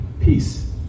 peace